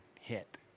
hit